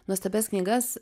nuostabias knygas